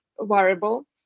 variable